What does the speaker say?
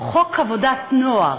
חוק עבודת הנוער.